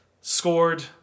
scored